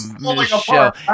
Michelle